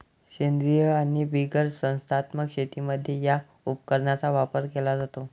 सेंद्रीय आणि बिगर संस्थात्मक शेतीमध्ये या उपकरणाचा वापर केला जातो